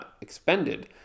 expended